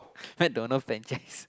McDonald franchise